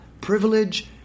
privilege